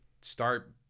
start